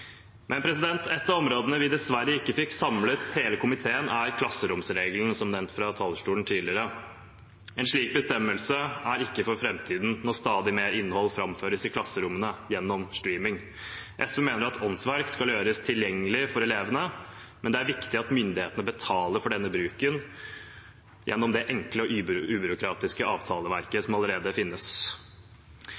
Men et av områdene vi dessverre ikke fikk samlet hele komiteen om, er klasseromsregelen, som nevnt fra talerstolen tidligere. En slik bestemmelse er ikke for framtiden, når stadig mer innhold framføres i klasserommene gjennom streaming. SV mener at åndsverk skal gjøres tilgjengelig for elevene, men det er viktig at myndighetene betaler for denne bruken gjennom det enkle og ubyråkratiske avtaleverket